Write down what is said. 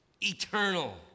eternal